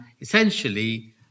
essentially